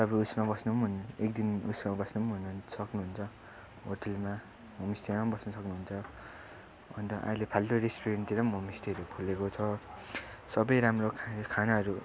तपाईँ उइसमा बस्नु पनि एकदिन उइसमा बस्नु पनि हुनु सक्नुहुन्छ होटलमा होमस्टेमा पनि बस्नु सक्नुहुन्छ अन्त अहिले फाल्टो रेस्टुरेन्टतिर पनि होमस्टेहरू खोलिएको छ सबै राम्रो खा खानाहरू